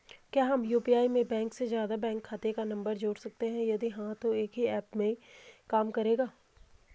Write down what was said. क्या हम यु.पी.आई में एक से ज़्यादा बैंक खाते का नम्बर जोड़ सकते हैं यदि हाँ तो एक ही ऐप में काम करेगा?